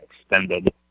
extended